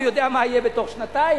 הוא יודע מה יהיה בתוך שנתיים?